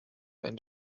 and